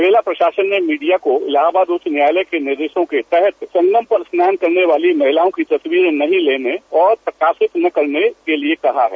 मेला प्रशासन ने मीडिया को इलाहाबाद उच्च न्यायालय के निर्देशों के तहत संगम पर स्नान करने वाली महिलाओं की तस्वीर नहीं लेने और प्रकाशित न करने के लिये कहा है